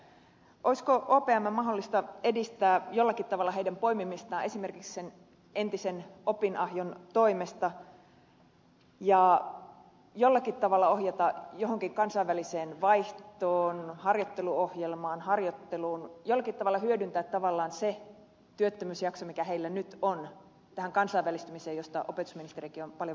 olisiko opmn mahdollista edistää jollakin tavalla heidän poimimistaan esimerkiksi sen entisen opinahjon toimesta ja jollakin tavalla ohjata johonkin kansainväliseen vaihtoon harjoitteluohjelmaan harjoitteluun jotta voidaan jollakin tavalla hyödyntää tavallaan se työttömyysjakso mikä heillä nyt on tähän kansainvälistymiseen josta opetusministerikin on paljon viime aikoina puhunut